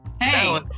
Hey